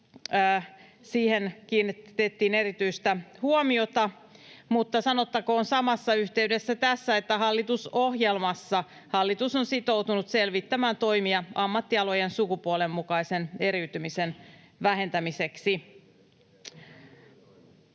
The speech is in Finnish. siihen kiinnitettiin erityistä huomiota. Mutta sanottakoon samassa yhteydessä tässä, että hallitusohjelmassa hallitus on sitoutunut selvittämään toimia ammattialojen sukupuolenmukaisen eriytymisen vähentämiseksi.